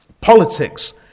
politics